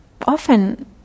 often